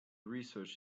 research